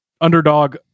underdog